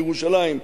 בירושלים,